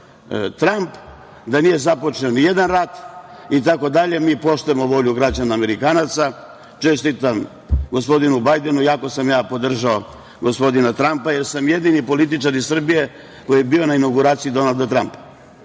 da nije započeo nijedan rat. Mi poštujemo volju građana Amerikanaca. Čestitam gospodinu Bajdenu, iako sam ja podržao gospodina Trampa, jer sam jedini političar iz Srbije koji je bio na inauguraciji Donalda Trampa.